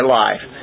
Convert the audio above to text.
life